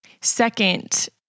Second